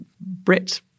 Brit